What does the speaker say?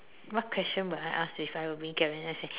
what question would I ask if I were being guaranteed an answer